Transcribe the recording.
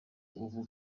ubu